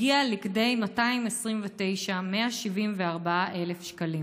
הגיע לכדי 229,174 שקלים.